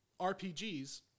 RPGs